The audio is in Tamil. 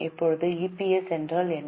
இப்போது இபிஎஸ் என்றால் என்ன